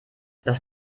das